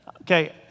Okay